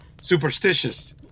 superstitious